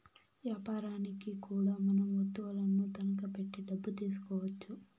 యాపారనికి కూడా మనం వత్తువులను తనఖా పెట్టి డబ్బు తీసుకోవచ్చు